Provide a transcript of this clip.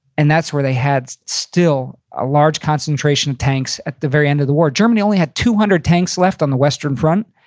and that's where they had still a large concentration of tanks at the very end of the war germany only had two hundred tanks left on the western front.